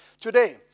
today